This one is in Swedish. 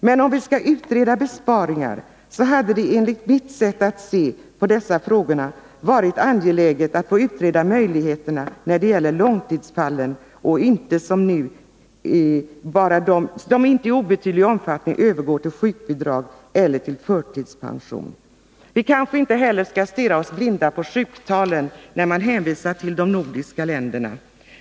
Men om vi skall utreda besparingar så hade det enligt mitt sätt att se på dessa frågor varit angeläget att få utreda möjligheterna när det gäller långtidsfallen som i icke obetydlig omfattning övergår till sjukbidrag eller förtidspension. Vi kanske inte heller skall stirra oss blinda på de sjuktal i de nordiska länderna som man hänvisar till.